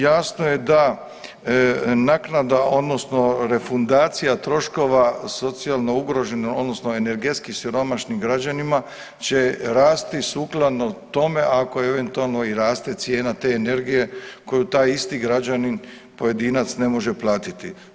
Jasno je da naknada odnosno refundacija troškova socijalno ugroženo, odnosno energetski siromašnim građanima će rasti sukladno tome, ako eventualno i raste cijena te energije koju taj isti građanin pojedinac ne može platiti.